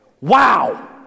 Wow